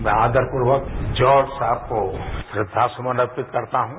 मैं अभार पूर्वक जॉर्ज साहेब को श्रद्दासमन अर्पित करता हूं